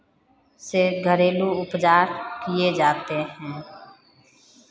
से घरेलू उपजार किए जाते हैं